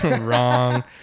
wrong